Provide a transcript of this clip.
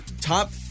top